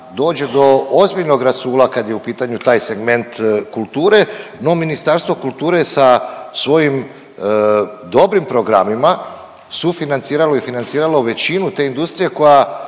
dođe do ozbiljnog rasula kad je u pitanju taj segment kulture, no Ministarstvo kulture je sa svojim dobrim programima sufinanciralo i financiralo većinu te industrije koja